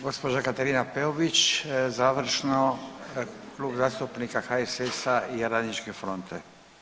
Gospođa Katarina Peović, završno Klub zastupnika HSS-a i Radničke fronte.